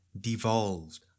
devolved